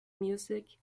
music